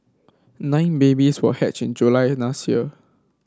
nine babies were hatched in July last year